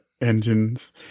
engines